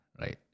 right